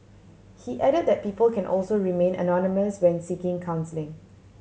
he added that people can also remain anonymous when seeking counselling